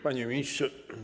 Panie Ministrze!